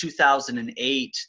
2008